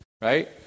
Right